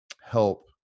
help